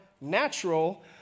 natural